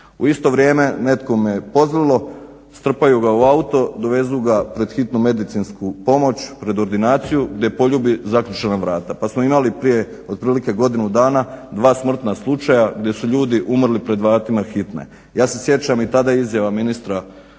U isto vrijeme nekome je pozlilo, strpaju ga u auto, dovezu ga pred hitnu medicinsku pomoć, pred ordinaciju gdje poljubi zaključana vrata. Pa smo imali otprilike godinu dana dva smrtna slučaja gdje su ljudi umrli pred vratima hitne, ja se sjećam i tada je izjava ministra